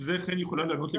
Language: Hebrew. ובסך הכול שוחררו 12,